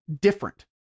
different